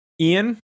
Ian